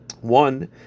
one